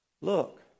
Look